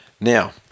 Now